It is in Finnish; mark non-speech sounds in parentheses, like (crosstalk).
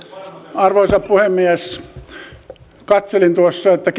arvoisa puhemies katselin tuossa että (unintelligible)